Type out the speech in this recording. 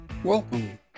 Welcome